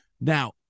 Now